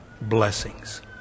blessings